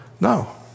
No